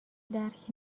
درک